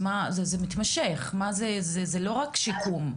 זה מתמשך, זה לא רק שיקום.